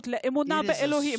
ואמונה באלוהים,